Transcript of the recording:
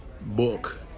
book